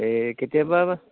এই কেতিয়াবা